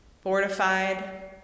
fortified